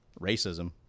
Racism